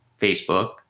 Facebook